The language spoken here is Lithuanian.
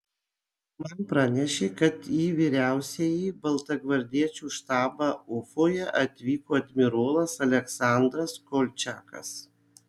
man pranešė kad į vyriausiąjį baltagvardiečių štabą ufoje atvyko admirolas aleksandras kolčiakas